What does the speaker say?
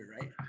right